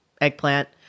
eggplant